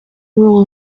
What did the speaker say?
rule